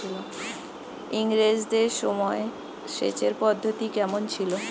ইঙরেজদের সময় সেচের পদ্ধতি কমন ছিল?